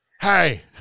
Hey